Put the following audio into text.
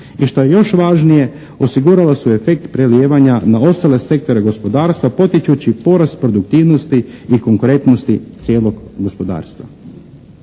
i što je još važnije osigurala su efekt prelijevanja na ostale sektore gospodarstva potičući porast produktivnosti i konkurentnosti cijelog gospodarstva.